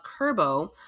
Kerbo